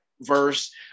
verse